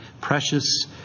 precious